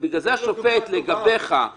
בתי משפט תמיד יהיו מסוגלים להחליט,